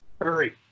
Hurry